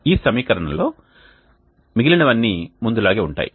ఈ సమీకరణంలో మిగిలినవి అన్నీ ముందు లాగే ఉంటాయి